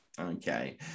Okay